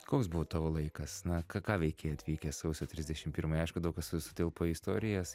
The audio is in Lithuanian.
koks buvo tavo laikas na ką ką veikei atvykęs sausio trisdešim pirmąją aišku daug kas su sutilpo į istorijas